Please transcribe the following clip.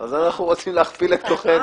אז אנחנו רוצים להכפיל את כוחנו.